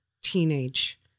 teenage